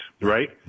right